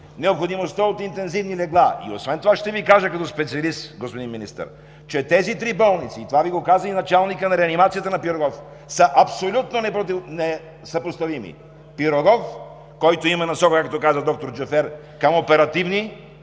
необходимостта от интензивни легла. Освен това като специалист ще Ви кажа, господин Министър, че тези три болници, това Ви го каза и началникът на реанимацията на „Пирогов“, са абсолютно несъпоставими. „Пирогов“, който има насока, както каза доктор Джафер, към оперативни